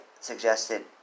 suggested